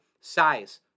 Size